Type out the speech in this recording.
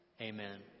Amen